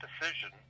decision